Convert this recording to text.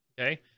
okay